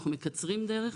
אנחנו מקצרים דרך,